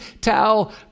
tell